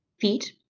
feet